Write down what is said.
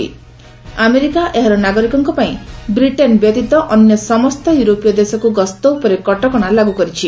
America ଏହାର ନାଗରିକଙ୍କ ପାଇଁ ବ୍ରିଟେନ୍ ବ୍ୟତୀତ ଅନ୍ୟ ସମସ୍ତ ୟୁରୋପୀୟ ଦେଶକୁ ଗସ୍ତ ଉପରେ କଟକଣା ଲାଗୁ କରିଛି